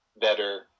better